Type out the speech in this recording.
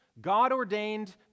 God-ordained